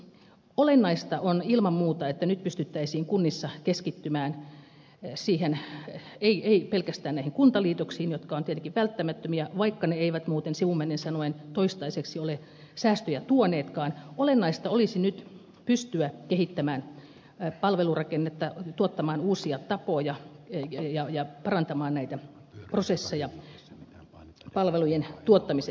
olennaista on ilman muuta että nyt pystyttäisiin kunnissa ei pelkästään keskittymään näihin kuntaliitoksiin jotka ovat tietenkin välttämättömiä vaikka ne eivät muuten sivumennen sanoen toistaiseksi ole säästöjä tuoneetkaan vaan myös kehittämään palvelurakennetta tuottamaan uusia tapoja ja parantamaan näitä prosesseja palvelujen tuottamisessa